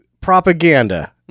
propaganda